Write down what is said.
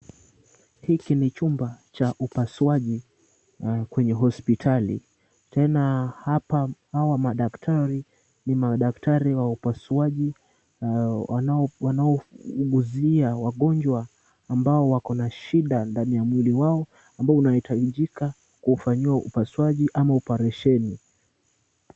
Hiki ni chumba cha upasuaji kwenye hospitali, tena hapa hawa madaktari, ni madaktari wa upasuaji wanaoguzia wagonjwa ambao wako na shida katika mwili wao ambao unahitajika kufanyiwa upasuaji ama oparesheni.